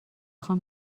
خوام